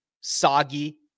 soggy